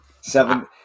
Seven